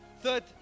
third